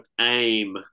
Aim